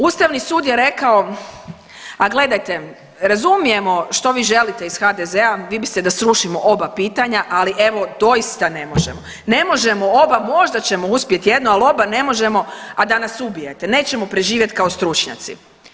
Ustavni sud je rekao, a gledajte razumijemo što vi želite iz HDZ-a, vi biste da srušimo oba pitanja, ali evo doista ne možemo, ne možemo oba, možda ćemo uspjet jedno, al oba ne možemo, a da nas ubijete nećemo preživjet kao stručnjaci.